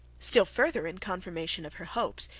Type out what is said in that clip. still farther in confirmation of her hopes,